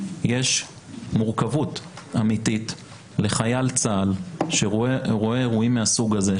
יש מורכבות אמיתית לחייל צה"ל שרואה אירועים מהסוג הזה,